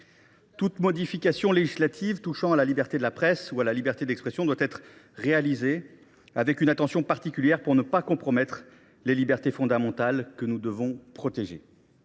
toute modification législative touchant à la liberté de la presse ou à la liberté d’expression, il convient de veiller attentivement à ne pas compromettre les libertés fondamentales que nous devons protéger.